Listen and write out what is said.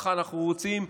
ככה אנחנו רוצים,